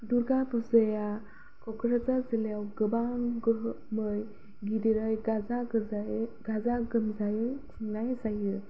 दुर्गा फुजाया क'क्राझार जिल्लायाव गोबां गोहोमै गिदिरै गाजा गोमजायै गाजा गोमजायै खुंनाय जायो